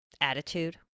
attitude